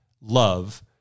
love